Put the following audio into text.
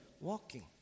walking